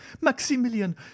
maximilian